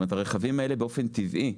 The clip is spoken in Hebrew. באופן טבעי,